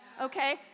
Okay